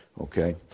Okay